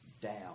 down